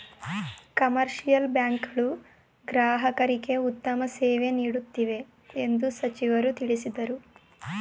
commercial bank ಗಳು ಗ್ರಾಹಕರಿಗೆ ಉತ್ತಮ ಸೇವೆ ನೀಡುತ್ತಿವೆ ಎಂದು ಸಚಿವರು ತಿಳಿಸಿದರು